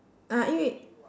uh 因为